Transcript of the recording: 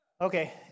Okay